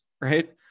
right